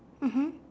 mmhmm